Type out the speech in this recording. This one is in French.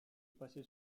passait